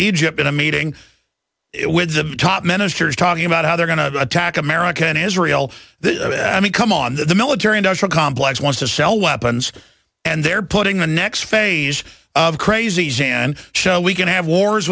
egypt in a meeting with top ministers talking about how they're going to attack america and israel i mean come on the military industrial complex wants to sell weapons and they're putting the next phase of crazies and show we can have wars